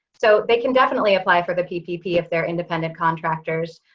so they can definitely apply for the ppp if they're independent contractors.